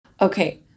Okay